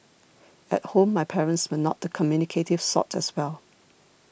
at home my parents were not the communicative sort as well